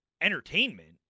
entertainment